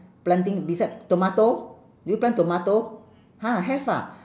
planting beside tomato do you plant tomato ha have ah